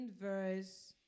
verse